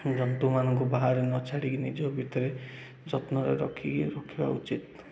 ଜନ୍ତୁ ଜନ୍ତୁ ମାନଙ୍କୁ ବାହାରେ ନ ଛାଡ଼ିକି ନିଜ ଭିତରେ ଯତ୍ନରେ ରଖିକି ରଖିବା ଉଚିତ